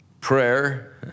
prayer